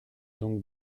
donc